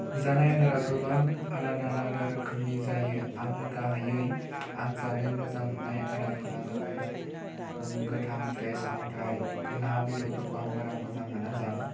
जानाय आदारा गोबां आलादा आलादा रोखोमनि जायो आङो गाहाइयै आं जानो मोजां मोननाय आदारफोरा जाबाय गोथां फिथाइ सामथाय ना बेदरफोरखौ आं बारा मोजां मोना जानो